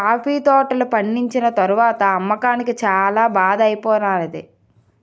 coffee తోటలు పండిచ్చిన తరవాత అమ్మకానికి చాల బాధ ఐపోతానేది